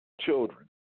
children